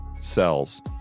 cells